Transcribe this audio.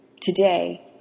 today